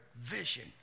Vision